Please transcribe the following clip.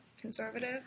conservative